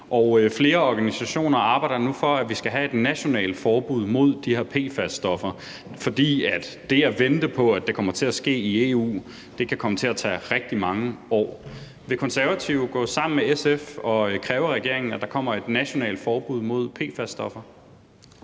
flere organisationer arbejder nu for, at vi skal have et nationalt forbud mod de her PFAS-stoffer, fordi vi kan komme til at vente i rigtig mange år på, at det kommer til at ske i EU. Vil Konservative gå sammen med SF og kræve af regeringen, at der kommer et nationalt forbud mod PFAS-stoffer?